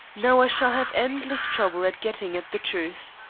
now i shall have endless trouble at getting at the truth.